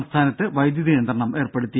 സംസ്ഥാനത്ത് വൈദ്യുതി നിയന്ത്രണം ഏർപ്പെടുത്തി